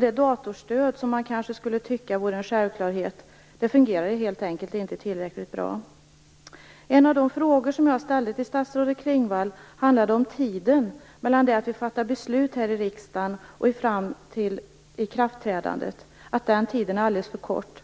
Det datorstöd som man kanske skulle tycka var en självklarhet fungerar helt enkelt inte tillräckligt bra. En av de frågor som jag ställde till statsrådet Klingvall handlade om tiden mellan det att vi fattar beslut här i riksdagen och fram till ikraftträdandet. Den tiden är alldeles för kort.